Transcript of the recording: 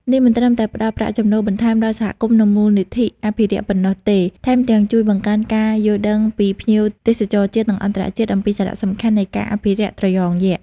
នេះមិនត្រឹមតែផ្តល់ប្រាក់ចំណូលបន្ថែមដល់សហគមន៍ និងមូលនិធិអភិរក្សប៉ុណ្ណោះទេ ថែមទាំងជួយបង្កើនការយល់ដឹងពីភ្ញៀវទេសចរជាតិ និងអន្តរជាតិអំពីសារៈសំខាន់នៃការអភិរក្សត្រយងយក្ស។